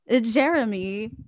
Jeremy